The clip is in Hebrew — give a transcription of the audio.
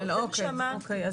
קודם כל